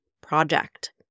project